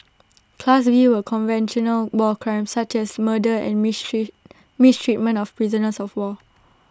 class B were conventional war crimes such as murder and mistreat mistreatment of prisoners of war